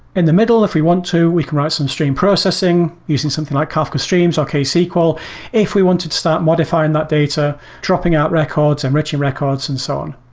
in the middle if we want to, we can write some stream processing using something like kafka streams or ksql. if we wanted to start modifying that data dropping out records, enriching records and so on.